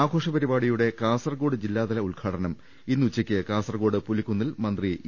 ആഘോഷ പരിപാടിയുടെ കാസർകോട് ജില്ലാതല ഉദ്ഘാടനം ഇന്ന് ഉച്ചയ്ക്ക് കാസർകോട്ട് പുലിക്കുന്നിൽ മന്ത്രി ഇ